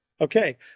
Okay